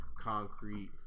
concrete